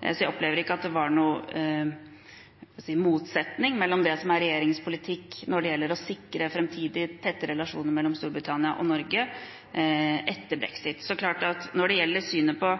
Så jeg opplever ikke at det var noen – skal vi si – motsetning med hensyn til det som er regjeringens politikk når det gjelder å sikre framtidig tette relasjoner mellom Storbritannia og Norge etter brexit. Når det gjelder synet på